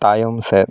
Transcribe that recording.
ᱛᱟᱭᱚᱢ ᱥᱮᱫ